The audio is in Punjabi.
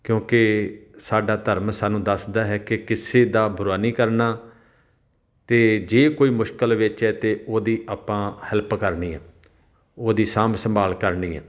ਕਿਉਂਕਿ ਸਾਡਾ ਧਰਮ ਸਾਨੂੰ ਦੱਸਦਾ ਹੈ ਕਿ ਕਿਸੇ ਦਾ ਬੁਰਾ ਨਹੀਂ ਕਰਨਾ ਅਤੇ ਜੇ ਕੋਈ ਮੁਸ਼ਕਿਲ ਵਿੱਚ ਹੈ ਅਤੇ ਉਹਦੀ ਆਪਾਂ ਹੈਲਪ ਕਰਨੀ ਹੈ ਉਹਦੀ ਸਾਂਭ ਸੰਭਾਲ ਕਰਨੀ ਹੈ